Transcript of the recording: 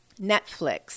Netflix